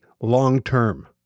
long-term